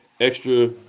extra